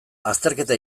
azterketa